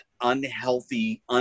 unhealthy